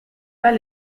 pas